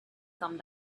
come